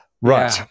Right